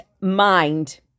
mind